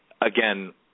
again